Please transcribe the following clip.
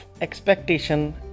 expectation